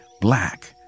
black